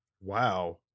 Wow